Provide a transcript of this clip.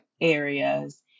areas